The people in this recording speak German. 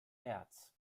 märz